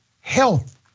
health